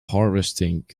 harvesting